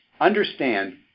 understand